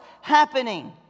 happening